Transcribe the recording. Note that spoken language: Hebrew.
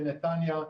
בנתניה.